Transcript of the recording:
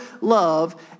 love